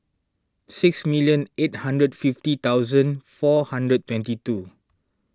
six million eight hundred fifty thousand four hundred twenty two